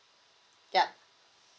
yup